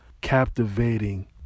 captivating